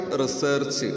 research